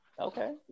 Okay